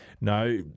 no